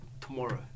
Tomorrow